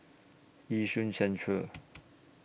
Yishun Central